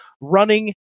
running